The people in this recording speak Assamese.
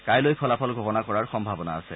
কাইলৈ ফলাফল ঘোষণা কৰাৰ সম্ভাৱনা আছে